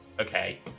Okay